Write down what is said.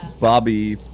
Bobby